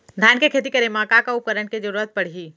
धान के खेती करे मा का का उपकरण के जरूरत पड़हि?